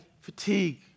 fatigue